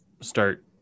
start